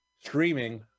streaming